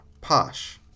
posh